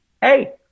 Hey